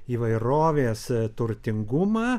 įvairovės turtingumą